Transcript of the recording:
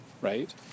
right